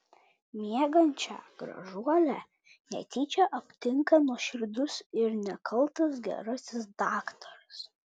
miegančią gražuolę netyčia aptinka nuoširdus ir nekaltas gerasis daktaras